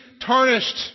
tarnished